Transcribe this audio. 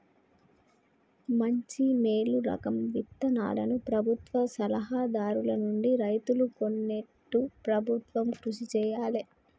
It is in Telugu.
మంచి మేలు రకం విత్తనాలను ప్రభుత్వ సలహా దారుల నుండి రైతులు కొనేట్టు ప్రభుత్వం కృషి చేయాలే